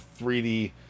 3D